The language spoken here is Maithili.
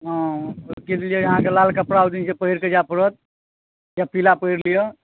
हँ तऽ ओहि दिन जे छै से अहाँकेँ लाल कपड़ा पहिरकऽ जाए पड़त या पीला पहिर लिअ